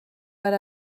per